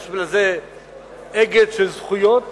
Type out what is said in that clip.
יש בזה אגד של זכויות